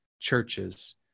churches